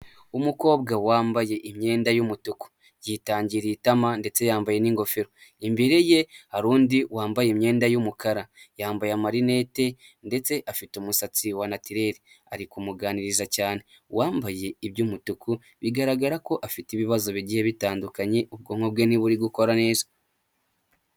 Umukobwa wambaye imyenda y'umutuku. Yitangiriye itama ndetse yambaye n'ingofero. Imbere ye hari undi wambaye imyenda y'umukara. Yambaye amarinete ndetse afite umusatsi wa natireri. Ari kumuganiriza cyane. Uwambaye iby'umutuku, bigaragara ko afite ibibazo bigiye bitandukanye, ubwonko bwe ntiburi gukora neza.